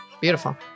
Beautiful